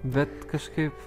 bet kažkaip